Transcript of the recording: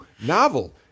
novel